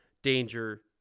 Danger